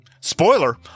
spoiler